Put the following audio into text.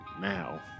now